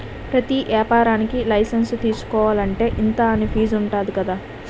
ప్రతి ఏపారానికీ లైసెన్సు తీసుకోలంటే, ఇంతా అని ఫీజుంటది కదా